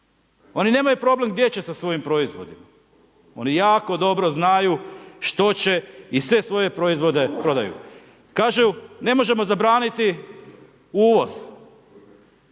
Oni nemaju problem gdje će sa svojim proizvodima, oni jako dobro znaju što će i sve svoje proizvode prodaju. Kažu ne možemo zabraniti uvoz.